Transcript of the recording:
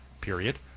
period